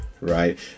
right